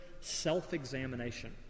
self-examination